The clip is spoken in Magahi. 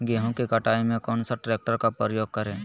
गेंहू की कटाई में कौन सा ट्रैक्टर का प्रयोग करें?